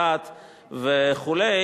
דת וכו',